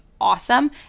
awesome